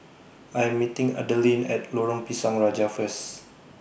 I Am meeting Adalyn At Lorong Pisang Raja First